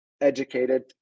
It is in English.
educated